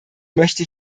möchte